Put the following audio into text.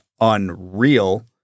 unreal